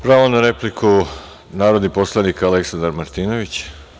Pravo na repliku, narodni poslanik Aleksandar Martinović.